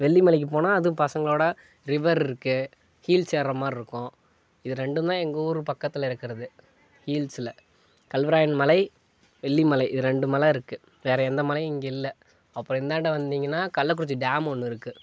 வெள்ளி மலைக்கு போனால் அதுவும் பசங்களோட ரிவர் இருக்கு ஹில்ஸ் ஏற மாதிரி இருக்கும் இது ரெண்டுந்தான் எங்கள் ஊர் பக்கத்தில் இருக்கிறது ஹில்ஸ்ல கல்வராயன் மலை வெள்ளி மலை இது ரெண்டு மலை இருக்கு வேற எந்த மலையும் இங்கே இல்லை அப்புறம் இந்தாண்ட வந்தீங்கன்னா கள்ளக்குறிச்சி டேம் ஒன்று இருக்கு